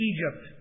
Egypt